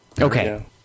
Okay